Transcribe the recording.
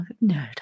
no